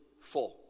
four